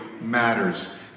matters